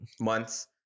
months